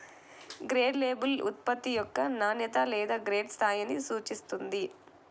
grade label ఉత్పత్తి యొక్క నాణ్యత లేదా గ్రేడ్ స్థాయిని సూచిస్తుంది